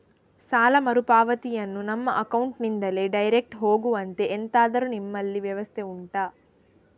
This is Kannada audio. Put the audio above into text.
ಸಾಲ ಮರುಪಾವತಿಯನ್ನು ನಮ್ಮ ಅಕೌಂಟ್ ನಿಂದಲೇ ಡೈರೆಕ್ಟ್ ಹೋಗುವಂತೆ ಎಂತಾದರು ನಿಮ್ಮಲ್ಲಿ ವ್ಯವಸ್ಥೆ ಉಂಟಾ